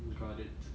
mm got it